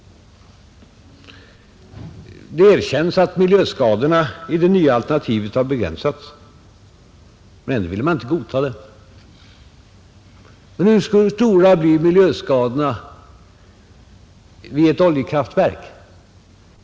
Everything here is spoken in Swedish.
Det är erkänt att miljöskadorna i det nya alternativet begränsats, men ändå vill man inte godkänna det. Hur stora blir då miljöskadorna vid ett oljekraftverk?